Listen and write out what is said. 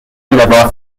لباسش